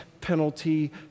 penalty